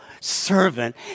servant